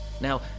Now